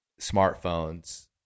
smartphones